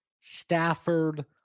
stafford